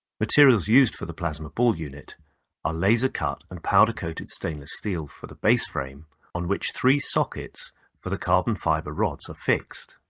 materials used for the plasma ball unit are laser cut and powder coated stainless steel for the base frame on which three sockets for the carbon fiber rods are fixed.